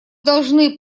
должны